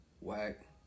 Whack